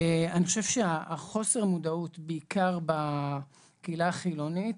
אני חושב שחוסר המודעות, בעיקר בקהילה החילונית,